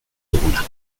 duguna